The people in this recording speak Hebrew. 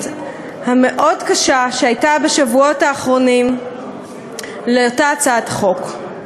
המאוד-קשה שהייתה בשבועות האחרונים לאותה הצעת חוק.